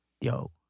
yo